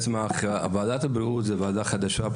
ועדת הבריאות זאת ועדה חדשה,